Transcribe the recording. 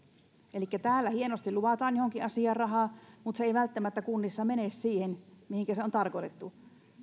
elikkä täällä hienosti luvataan johonkin asiaan rahaa mutta se ei välttämättä kunnissa mene siihen mihinkä se on tarkoitettu